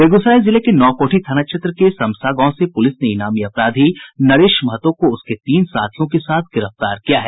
बेगूसराय जिले के नावकोठी थाना क्षेत्र के समसा गांव से पुलिस ने इनामी अपराधी नरेश महतो को उसके तीन साथियों के साथ गिरफ्तार किया है